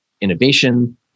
innovation